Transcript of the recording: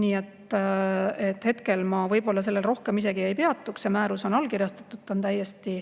Nii et hetkel ma sellel rohkem isegi ei peatuks. See määrus on allkirjastatud, ta on täiesti